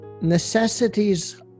Necessities